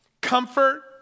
Comfort